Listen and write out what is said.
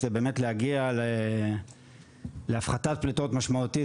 באמת להגיע להפחתת פליטות משמעותית,